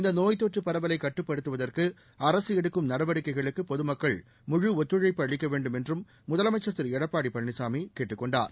இந்த நோய் தொற்று பரவலை கட்டுப்படுத்துவதற்கு அரசு எடுக்கும் நடவடிக்கைகளுக்கு பொதுமக்கள் முழு ஒத்துழைப்பு அளிக்க வேண்டுமென்றும் முதலமைச்சர் திரு எடப்பாடி பழனிசாமி கேட்டுக் கொண்டார்